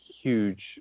huge